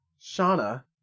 Shauna